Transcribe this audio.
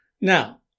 Now